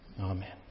Amen